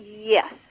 Yes